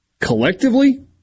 Collectively